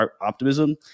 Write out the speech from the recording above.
optimism